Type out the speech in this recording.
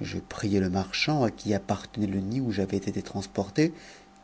je priai le mar chand à qui appartenait je nid où j'avais été transporté